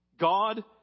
God